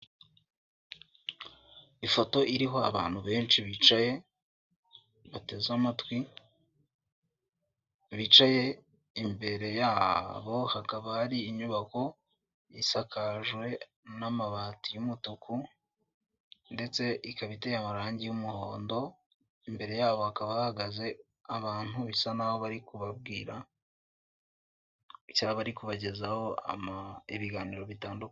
Ifoto iriho abantu benshi bicaye bateze amatwi bicaye imbere yabo hakaba hari inyubako isakajwe n'amabati y'umutuku ndetse ikaba iteye amarangi y'umuhondo imbere yabo hakaba hahagaze abantu bisa nkaho bari kubabwira cyangwa bari kubagezaho ibiganiro bitandukanye.